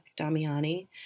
Damiani